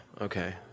Okay